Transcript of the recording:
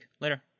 Later